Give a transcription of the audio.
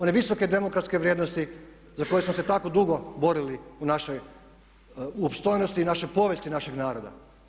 One visoke demokratske vrijednosti za koje smo se tako dugo borili u našoj opstojnosti i našoj povijesti našeg naroda.